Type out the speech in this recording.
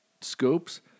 Scopes